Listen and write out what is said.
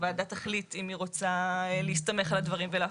הוועדה תחליט אם היא רוצה להסתמך על הדברים ולהפוך,